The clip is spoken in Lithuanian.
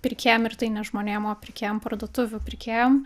pirkėjam ir tai ne žmonėm o pirkėjam parduotuvių pirkėjam